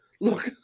look